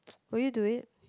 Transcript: will you do it